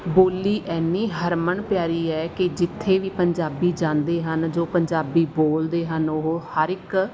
ਬੋਲੀ ਇੰਨੀ ਹਰਮਨ ਪਿਆਰੀ ਹੈ ਕਿ ਜਿੱਥੇ ਵੀ ਪੰਜਾਬੀ ਜਾਂਦੇ ਹਨ ਜੋ ਪੰਜਾਬੀ ਬੋਲਦੇ ਹਨ ਉਹ ਹਰ ਇੱਕ